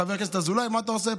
חבר הכנסת אזולאי, מה אתה עושה פה?